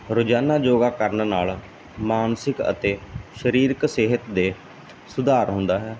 ਰੋਜ਼ਾਨਾ ਯੋਗਾ ਕਰਨ ਨਾਲ ਮਾਨਸਿਕ ਅਤੇ ਸਰੀਰਕ ਸਿਹਤ ਦੇ ਸੁਧਾਰ ਹੁੰਦਾ ਹੈ